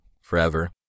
forever